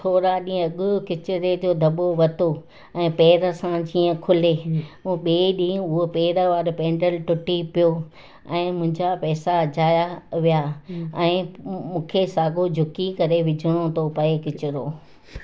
थोरा ॾींहं अॻु किचिरे जो दॿो वरितो ऐं पेर सां जीअं खुले उहा ॿिएं ॾींहं उहा पेर वारो पेंडल टुटी पियो ऐं मुंहिंजा पैसा अजाया विया ऐं मु मूंखे साॻियो झुकी करे विझणो थो पिए किचिरो